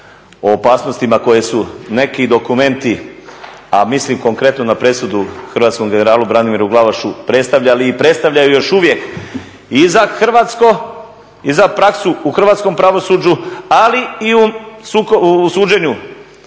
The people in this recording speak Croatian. o opasnostima koje su neki dokumenti, a mislim konkretno na presudu hrvatskom generalu Branimiru Glavašu predstavljali i predstavljaju još uvijek i za hrvatsko i za praksu u hrvatskom pravosuđu ali i u suđenju